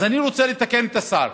אז אני רוצה לתקן את השר.